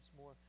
more